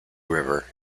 river